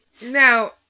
Now